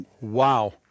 wow